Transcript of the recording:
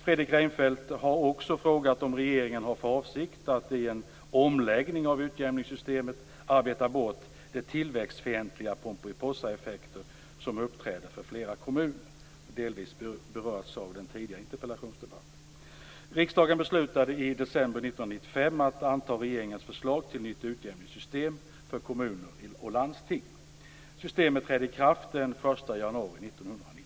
Fredrik Reinfeldt har också frågat om regeringen har för avsikt att i en omläggning av utjämningssystemet arbeta bort de tillväxtfientliga Pomperipossaeffekter som uppträder för flera kommuner. Detta har delvis berörts i den tidigare interpellationsdebatten.